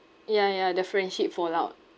ya ya the friendship fall out